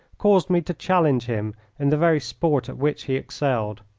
caused me to challenge him in the very sport at which he excelled.